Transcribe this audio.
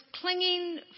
clinging